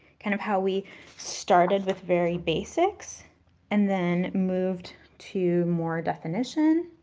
kind of, how we started with very basics and then moved to more definition.